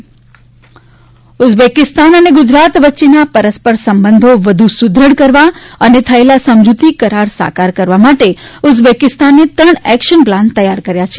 મુખ્યમંત્રી Uzbekistan Uzbekistan અને ગુજરાત વચ્ચેના પરસ્પર સંબંધો વધુ સુદ્રઢ કરવા અને થયેલા સમજૂતી કરાર સાકાર કરવા માટે ઉઝબેકિસ્તાને ત્રણ એક્શન પ્લાન તૈયાર કર્યા છે